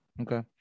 Okay